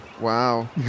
wow